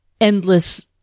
endless